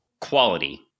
quality